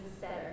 better